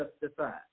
justified